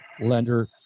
lender